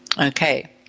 Okay